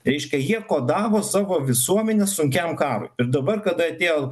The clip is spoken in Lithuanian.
reiškia jie kodavo savo visuomenę sunkiam karui ir dabar kada atėjo